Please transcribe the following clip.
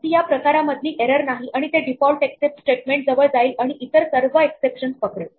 ती या प्रकारामधली एरर नाही आणि ते डिफॉल्ट एक्सेप्ट स्टेटमेंट जवळ जाईल आणि इतर सर्व एक्सेप्शन्स ला पकडेल